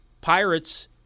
Pirates